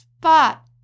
spot